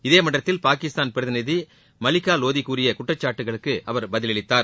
இதேமன்றத்தில் பாகிஸ்தான் பிரதிநிதி மலிகா லோதி கூறிய குற்றச்சாட்டுக்களுக்கு அவர் பதிலளித்தார்